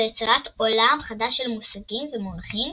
ביצירת עולם חדש של מושגים ומונחים